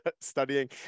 studying